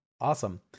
Awesome